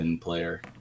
player